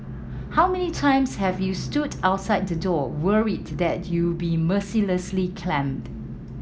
how many times have you stood outside the door worried that you'll be mercilessly clamped